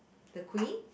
the queen